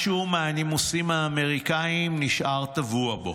משהו מהנימוסים האמריקאיים נשאר טבוע בו.